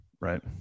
Right